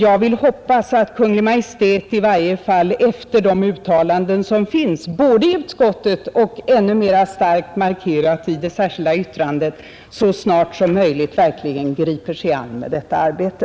Jag vill hoppas att Kungl. Maj:t i varje fall efter de uttalanden som finns både i utskottets betänkande och ännu starkare markerat i det särskilda yttrandet så snart som möjligt verkligen griper sig an med detta arbete.